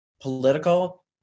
political